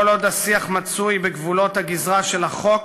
כל עוד השיח מצוי בגבולות הגזרה של החוק,